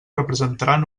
representaran